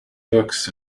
books